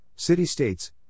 city-states